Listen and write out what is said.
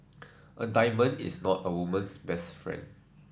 a diamond is not a woman's best friend